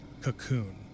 cocoon